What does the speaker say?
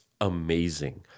amazing